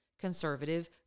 conservative